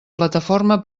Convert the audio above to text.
plataforma